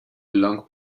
long